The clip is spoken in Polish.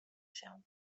się